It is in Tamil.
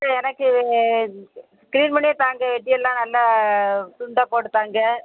எனக்கு கிளீன் பண்ணியே தாங்க வெட்டி எல்லாம் நல்லா துண்டாக போட்டு தாங்க